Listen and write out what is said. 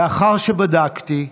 לאחר שבדקתי,